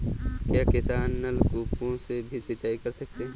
क्या किसान नल कूपों से भी सिंचाई कर सकते हैं?